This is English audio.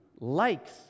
likes